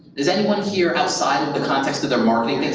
does anyone here, outside of the context of their marketing,